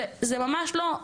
זה ממה לא,